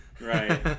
Right